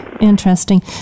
Interesting